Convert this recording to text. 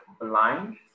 blind